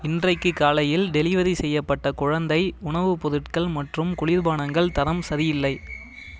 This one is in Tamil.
இன்றைக்கு காலையில் டெலிவரி செய்யப்பட்ட குழந்தை உணவுப் பொருட்கள் மற்றும் குளிர்பானங்கள் தரம் சரியில்லை